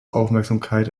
aufmerksamkeit